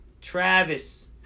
Travis